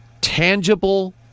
tangible